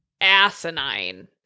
asinine